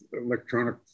electronic